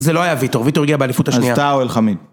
זה לא היה ויטור, ויטור הגיע באליפות השנייה. אז טאהו אל חמיד.